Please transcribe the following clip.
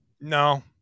No